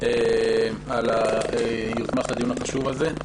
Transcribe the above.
על היוזמה של הדיון החשוב הזה.